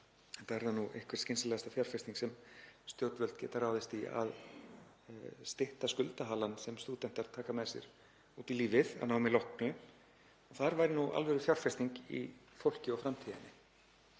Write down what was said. enda er það nú einhver skynsamlegasta fjárfesting sem stjórnvöld geta ráðist í að stytta skuldahalann sem stúdentar taka með sér út í lífið að námi loknu. Þar væri alvörufjárfesting í fólki og framtíðinni.